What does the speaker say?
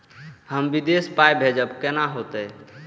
हम विदेश पाय भेजब कैना होते?